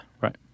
Right